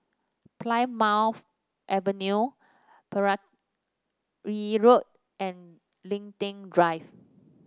Plymouth Avenue Pereira Road and Linden Drive